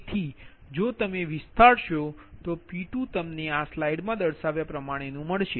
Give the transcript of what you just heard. તેથી જો તમે વિસ્તારશો તો P2તમને આ સ્લાઇડ મા દર્શાવ્યા પ્રમાણે મળશે